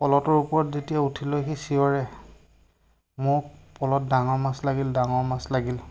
পল'টোৰ ওপৰত যেতিয়া উঠি লৈ সি চিঞৰে মোৰ পল'ত ডাঙৰ মাছ লাগিল ডাঙৰ মাছ লাগিল